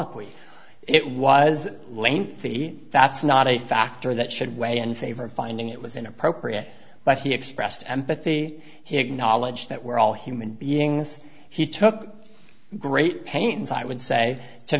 y it was lengthy that's not a factor that should weigh in favor of finding it was inappropriate but he expressed empathy he acknowledged that we're all human beings he took great pains i would say to